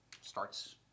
starts